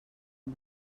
amb